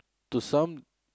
to some